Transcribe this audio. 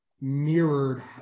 mirrored